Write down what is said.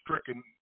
stricken